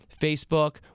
Facebook